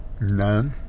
None